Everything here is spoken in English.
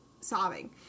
sobbing